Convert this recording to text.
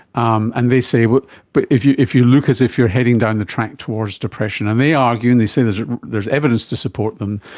um and they say but but if you if you look as if you're heading down the track towards depression, and they argue and they say there is evidence to support them,